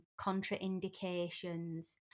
contraindications